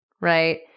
right